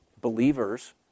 Believers